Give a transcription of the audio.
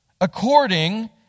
according